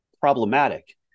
problematic